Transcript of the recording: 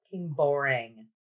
boring